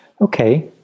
Okay